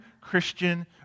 Christian